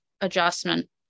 adjustment